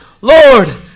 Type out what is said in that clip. Lord